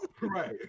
Right